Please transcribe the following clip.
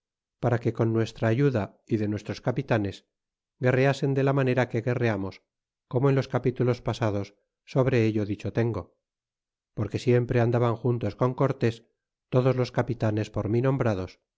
para que con nuestra ayuda y de nuestros capitanes guerreasen de la manera que guerreamos como en los capítulos pasados sobre ello dicho tengo porque siempre andaban juntos con cortés todos los capitanes por mi nombrados